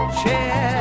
chair